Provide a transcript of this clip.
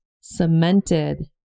cemented